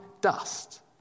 dust